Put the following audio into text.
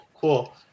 cool